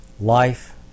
Life